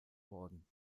worden